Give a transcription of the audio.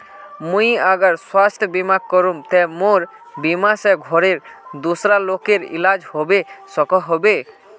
मुई अगर स्वास्थ्य बीमा करूम ते मोर बीमा से घोरेर दूसरा लोगेर इलाज होबे सकोहो होबे?